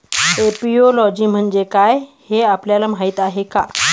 Apiology म्हणजे काय, हे आपल्याला माहीत आहे का?